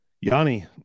Yanni